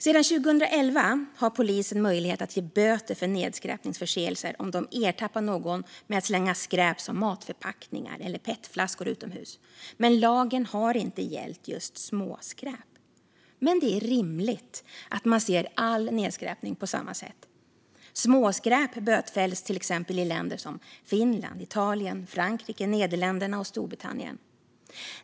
Sedan 2011 har polisen möjlighet att ge böter för nedskräpningsförseelser om de ertappar någon med att slänga skräp som matförpackningar eller petflaskor utomhus. Lagen har inte gällt småskräp. Men det är rimligt att man ser all nedskräpning på samma sätt. Småskräp bötfälls till exempel i länder som Finland, Italien, Frankrike, Nederländerna och Storbritannien.